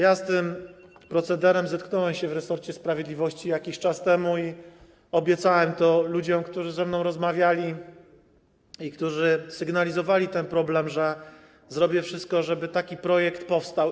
Ja z tym procederem zetknąłem się w resorcie sprawiedliwości jakiś czas temu i obiecałem to ludziom, którzy ze mną rozmawiali i którzy sygnalizowali ten problem, że zrobię wszystko, żeby taki projekt powstał.